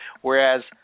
Whereas